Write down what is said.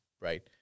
right